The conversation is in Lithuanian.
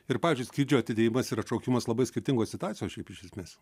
ir pavyzdžiui skrydžio atidėjimas ir atšaukimas labai skirtingos situacijos šiaip iš esmės